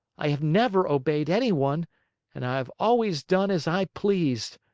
i have never obeyed anyone and i have always done as i pleased.